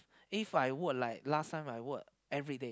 If I work like last time I work everyday